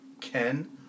Ken